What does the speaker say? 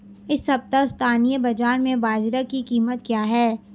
इस सप्ताह स्थानीय बाज़ार में बाजरा की कीमत क्या है?